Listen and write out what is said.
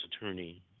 attorney